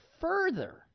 further